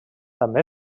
també